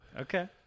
Okay